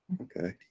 Okay